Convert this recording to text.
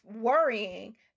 worrying